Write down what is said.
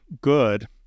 good